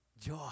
joy